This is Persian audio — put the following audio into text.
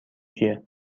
کیه